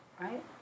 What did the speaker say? Right